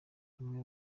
amwe